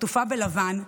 העטופה בלבן,